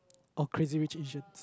oh crazy-rich-asians